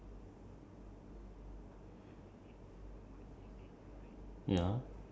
ya what was your most interesting classroom experience